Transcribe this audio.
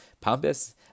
pompous